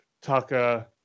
Tucker